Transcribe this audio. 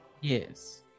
Yes